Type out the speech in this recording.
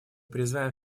призываем